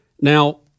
Now